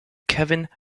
kevin